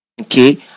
Okay